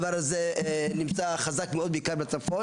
המצב הזה כבר מתרחש בצורה מאוד חזקה, בעיקר בצפון